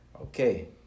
okay